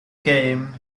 game